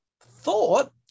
thought